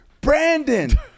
Brandon